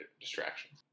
distractions